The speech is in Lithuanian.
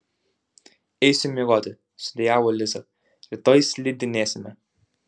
eisiu miegoti sudejavo liza rytoj slidinėsime